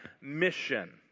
mission